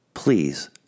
Please